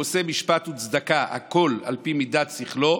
והוא עושה משפט וצדקה, הכול על פי מידת שכלו,